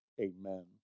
Amen